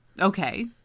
Okay